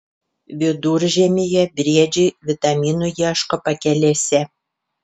viduržiemyje briedžiai vitaminų ieško pakelėse